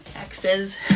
X's